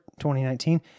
2019